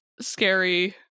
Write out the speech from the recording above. Scary